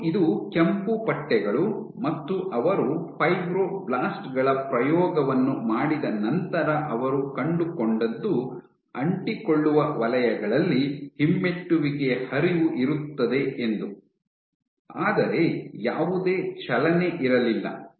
ಮತ್ತು ಇದು ಕೆಂಪು ಪಟ್ಟೆಗಳು ಮತ್ತು ಅವರು ಫೈಬ್ರೊಬ್ಲಾಸ್ಟ್ ಗಳ ಪ್ರಯೋಗವನ್ನು ಮಾಡಿದ ನಂತರ ಅವರು ಕಂಡುಕೊಂಡದ್ದು ಅಂಟಿಕೊಳ್ಳುವ ವಲಯಗಳಲ್ಲಿ ಹಿಮ್ಮೆಟ್ಟುವಿಕೆಯ ಹರಿವು ಇರುತ್ತದೆ ಎಂದು ಆದರೆ ಯಾವುದೇ ಚಲನೆ ಇರಲಿಲ್ಲ